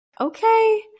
okay